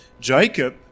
Jacob